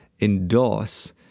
endorse